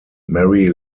mary